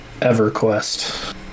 EverQuest